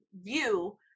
view